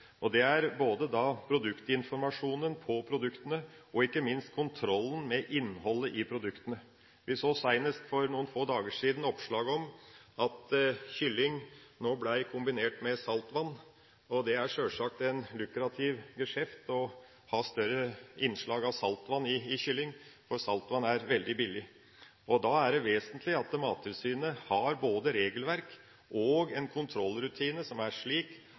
produktene og ikke minst kontrollen med innholdet i produktene. Vi så seinest for noen få dager siden et oppslag om at kylling nå blir kombinert med saltvann. Det er sjølsagt en lukrativ geskjeft å ha større innslag av saltvann i kylling, for saltvann er veldig billig. Da er det vesentlig at Mattilsynet har både regelverk og kontrollrutiner som er slik